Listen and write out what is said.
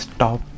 Stop